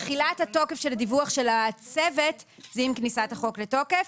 תחילת התוקף של הדיווח של הצוות זה עם כניסת החוק לתוקף.